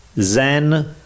Zen